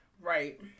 Right